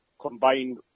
combined